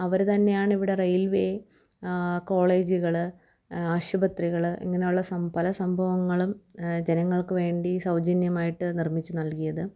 അവർ തന്നെയാണിവിടെ റെയിൽവേ കോളേജുകൾ ആശുപത്രികൾ ഇങ്ങനെയുള്ള സം പല സംഭവങ്ങളും ജനങ്ങൾക്കു വേണ്ടി സൗജന്യമായിട്ടു നിർമ്മിച്ചു നൽകിയത്